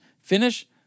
Finish